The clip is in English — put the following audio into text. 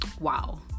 wow